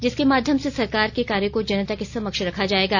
जिसके माध्यम से सरकार के कार्यों को जनता के समक्ष रखा जाएगा